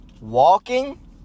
Walking